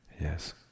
Yes